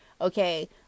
okay